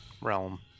realm